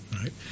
right